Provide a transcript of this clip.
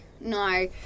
no